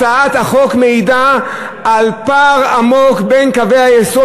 הצעת החוק מעידה על פער עמוק בין קווי היסוד